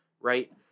right